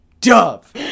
dove